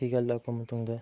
ꯊꯤꯒꯠꯂꯛꯄ ꯃꯇꯨꯡꯗ